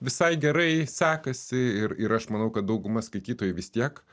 visai gerai sekasi ir ir aš manau kad dauguma skaitytojų vis tiek